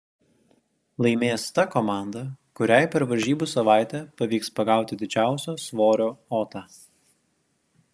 laimės ta komanda kuriai per varžybų savaitę pavyks pagauti didžiausio svorio otą